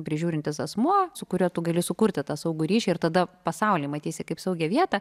prižiūrintis asmuo su kuriuo tu gali sukurti tą saugų ryšį ir tada pasaulį matysi kaip saugią vietą